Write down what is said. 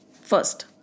First